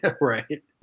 right